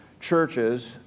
churches